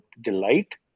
delight